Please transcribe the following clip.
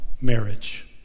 marriage